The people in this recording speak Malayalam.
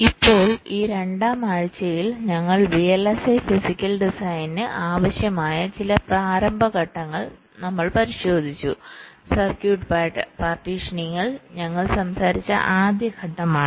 ഇപ്പോൾ ഈ രണ്ടാം ആഴ്ചയിൽ ഞങ്ങൾ VLSI ഫിസിക്കൽ ഡിസൈനിന് ആവശ്യമായ ചില പ്രാരംഭ ഘട്ടങ്ങൾ ഞങ്ങൾ പരിശോധിച്ചു സർക്യൂട്ട് പാർട്ടീഷനിംഗ് ഞങ്ങൾ സംസാരിച്ച ആദ്യ ഘട്ടമാണ്